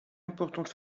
importante